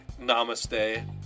namaste